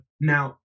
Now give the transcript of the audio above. Now